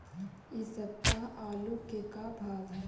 इ सप्ताह आलू के का भाव है?